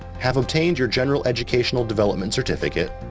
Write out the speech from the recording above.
have obtained your general educational development certificate,